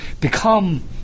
become